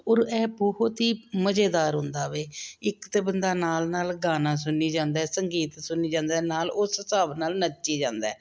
ਔਰ ਇਹ ਬਹੁਤ ਹੀ ਮਜ਼ੇਦਾਰ ਹੁੰਦਾ ਵੇ ਇੱਕ ਤਾਂ ਬੰਦਾ ਨਾਲ ਨਾਲ ਗਾਣਾ ਸੁਣੀ ਜਾਂਦਾ ਸੰਗੀਤ ਸੁਣੀ ਜਾਂਦਾ ਨਾਲ ਉਸ ਹਿਸਾਬ ਨਾਲ ਨੱਚੀ ਜਾਂਦਾ